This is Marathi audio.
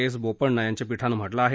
एस बोपण्णा यांच्या पीठानं म्हटलं आहे